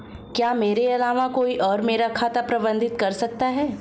क्या मेरे अलावा कोई और मेरा खाता प्रबंधित कर सकता है?